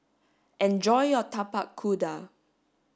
enjoy your Tapak Kuda